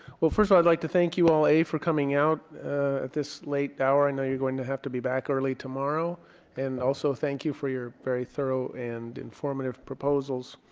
well first i'd like to thank you all a for coming out this late hour and now you're going to have to be back early tomorrow and also thank you for your very thorough and informative proposals